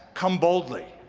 come boldly.